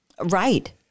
Right